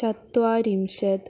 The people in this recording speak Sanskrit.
चत्वारिंशत्